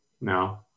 No